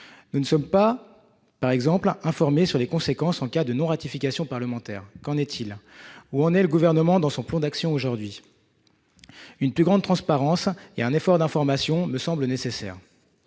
nous ne sommes pas informés sur les conséquences d'une absence de ratification parlementaire. Qu'en est-il ? Où en est le Gouvernement dans son plan d'action aujourd'hui ? Une plus grande transparence et un effort d'information me semblent nécessaires.